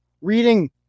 reading